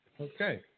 Okay